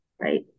right